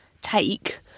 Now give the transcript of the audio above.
take